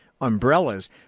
umbrellas